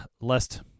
lest